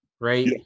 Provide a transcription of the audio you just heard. right